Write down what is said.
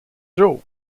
joe